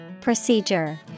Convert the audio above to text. Procedure